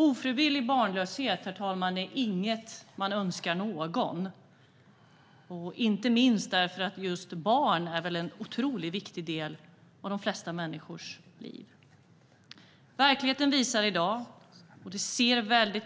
Ofrivillig barnlöshet, herr talman, är inget man önskar någon, inte minst därför att barn är en otroligt viktig del av de flesta människors liv. Verkligheten i dag är väldigt